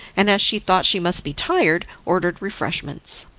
and as she thought she must be tired ordered refreshments.